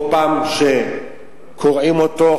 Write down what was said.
כל פעם קורעים אותו,